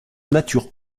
nature